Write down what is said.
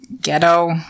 ghetto